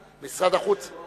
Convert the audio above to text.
משרד החוץ מייעץ לנו.